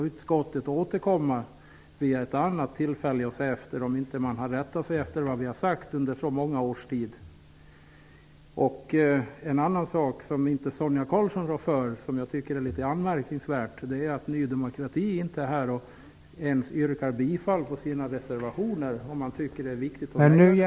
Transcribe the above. Utskottet får återkomma vid ett annat tillfälle och se efter om man inte har rättat sig efter vad vi under så många års tid har sagt. En annan sak som är anmärkningsvärd, som Sonia Karlsson inte rår för, är att ingen representant för Ny demokrati är här och yrkar bifall till partiets reservationer. Om man tycker det är viktigt...